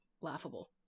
laughable